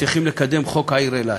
צריכים לקדם חוק העיר אילת,